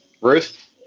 Ruth